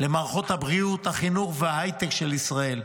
למערכות הבריאות, החינוך וההייטק של ישראל,